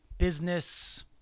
business